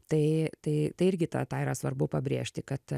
tai tai tai irgi tą tą yra svarbu pabrėžti kad